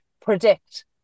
predict